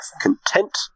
content